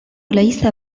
ليس